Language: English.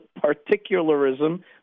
particularism